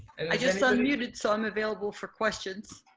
i just unmuted so i'm available for questions.